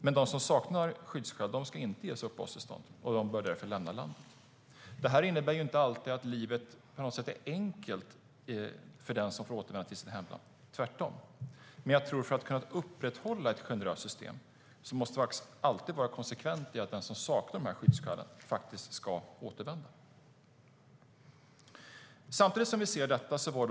Men de som saknar skyddsskäl ska inte ges uppehållstillstånd och bör därför lämna landet. Det innebär inte alltid att livet är enkelt för den som får återvända till sitt hemland, tvärtom. Men för att kunna upprätthålla ett generöst system måste vi alltid vara konsekventa med att den som saknar skyddsskäl ska återvända till hemlandet.